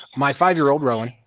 my five year old, rowan,